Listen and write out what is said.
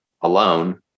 alone